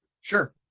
Sure